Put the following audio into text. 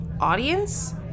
audience